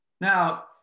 Now